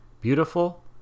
beautiful